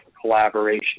collaboration